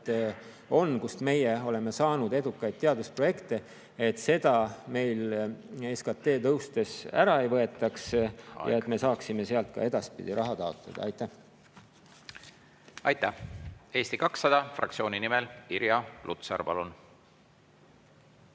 kust meie oleme saanud edukaid teadusprojekte, et seda meilt SKT tõustes ära ei võetaks … Aeg! Aeg! … ja et me saaksime sealt ka edaspidi raha taotleda. Aitäh! Aitäh! Eesti 200 fraktsiooni nimel Irja Lutsar, palun!